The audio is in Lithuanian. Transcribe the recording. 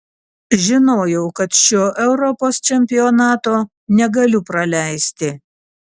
žinojau kad šio europos čempionato negaliu praleisti